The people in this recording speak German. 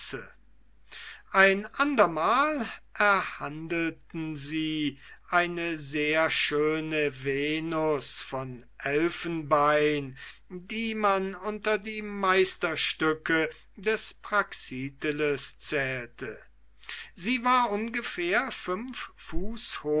ein andermal erhandelten sie eine sehr schöne venus von elfenbein die man unter die meisterstücke des praxiteles zählte sie war ungefähr fünf